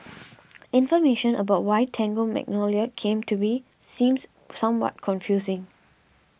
information about why Tango Magnolia came to be seems somewhat confusing